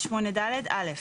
(א)